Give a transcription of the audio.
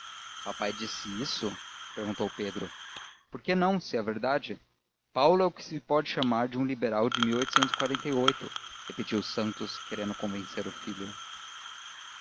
papai disse isso perguntou pedro por que não se é verdade paulo é o que se pode chamar um liberal de repetiu santos querendo convencer o filho